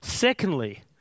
Secondly